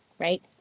right